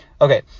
Okay